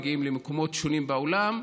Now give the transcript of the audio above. מגיעים למקומות שונים בעולם.